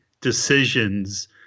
decisions